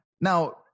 Now